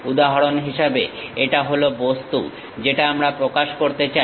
উদাহরণ হিসেবে এটা হলো বস্তু যেটা আমরা প্রকাশ করতে চাই